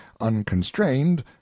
unconstrained